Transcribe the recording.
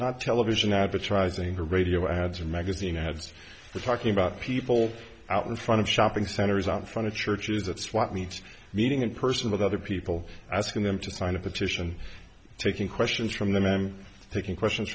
not television advertising or radio ads or magazine ads we're talking about people out in front of shopping centers out front of churches that swap meets meeting in person with other people asking them to sign a petition taking questions from the member taking questions